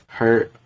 hurt